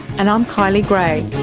and i'm kylie grey